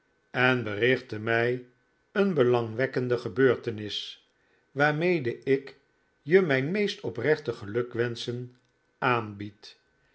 en berichtte mij een belangwekkende gebeurtenis waarmede ik je mijn meest oprechte gelukwenschen aanbied